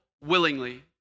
willingly